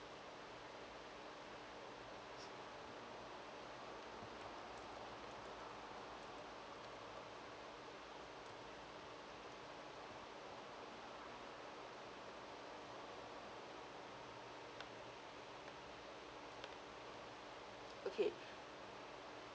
okay